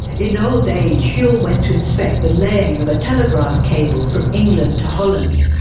in old age whewell went to inspect the laying of a telegraph cable from england to holland.